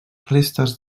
restes